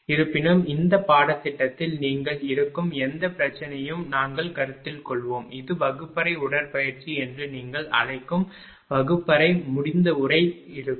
இருப்பினும் இந்த பாடத்திட்டத்தில் நீங்கள் இருக்கும் எந்தப் பிரச்சினையையும் நாங்கள் கருத்தில் கொள்வோம் இது வகுப்பறை உடற்பயிற்சி என்று நீங்கள் அழைக்கும் வகுப்பறை முடிந்தவரை இருக்கும்